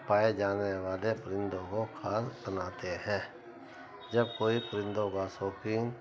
پائے جانے والے پرندوں کو کھاص بناتے ہیں جب کوئی پرندوں کا شوقین